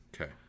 Okay